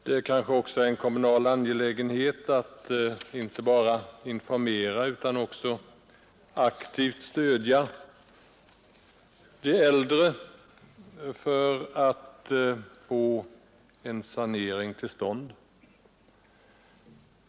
Det kanske också är en kommunal angelägenhet att inte bara informera utan också att aktivt stödja de äldre för att få en sanering till stånd.